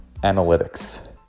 analytics